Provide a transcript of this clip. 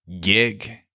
gig